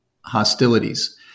hostilities